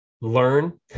learn